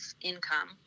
income